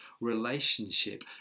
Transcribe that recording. relationship